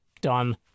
Done